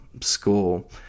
school